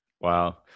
Wow